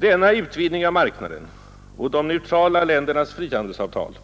Denna utvidgning av marknaden och de neutrala ländernas frihandelsavtal